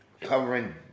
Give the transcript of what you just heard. Covering